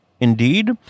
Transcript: indeed